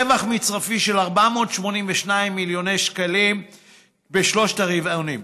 רווח מצרפי של 482 מיליון שקלים בשלושת הרבעונים.